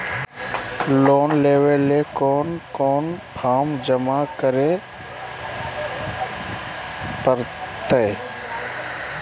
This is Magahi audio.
लोन लेवे ले कोन कोन फॉर्म जमा करे परते?